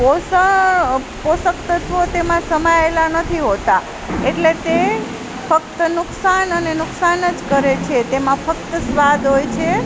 પોષણ પોષક તત્વો તેમાં સમાયેલાં નથી હોતાં એટલે તે ફક્ત નુકસાન અને નુકસાન જ કરે છે તેમાં ફક્ત સ્વાદ હોય છે